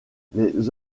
les